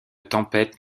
tempête